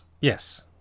Yes